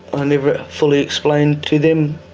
i never fully explained to them